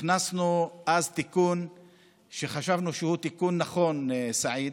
הכנסנו אז תיקון שחשבנו שהוא תיקון נכון, סעיד,